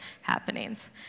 happenings